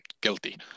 Guilty